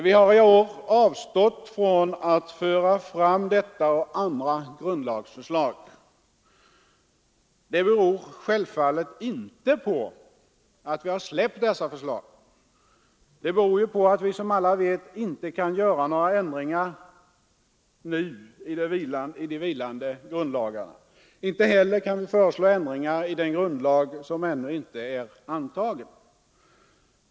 Vi har i år avstått från att föra fram detta och en rad andra grundlagsförslag. Det beror självfallet inte på att vi har släppt dessa förslag. Det beror på att vi, som alla vet, inte nu kan göra några ändringar i de vilande grundlagsförslagen. Inte heller kan vi föreslå ändringar i en grundlag som ännu inte är antagen.